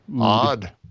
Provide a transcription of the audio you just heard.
Odd